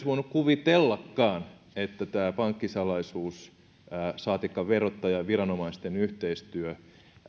voinut kuvitellakaan että tämä pankkisalaisuus saatikka verottajan ja viranomaisten yhteistyö